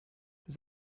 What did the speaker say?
does